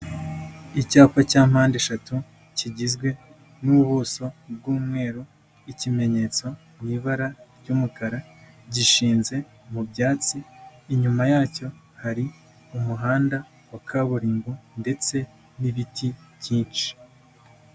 Icyapa cya mpandeshatu kigizwe n'ubuso bw'umweru, ikimenyetso mu ibara ry'umukara, gishinze mu byatsi, inyuma yacyo hari umuhanda wa kaburimbo ndetse n'ibiti byinshi.